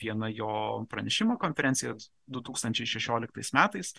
vieną jo pranešimą konferencijos du tūkstančiai šešioliktais metais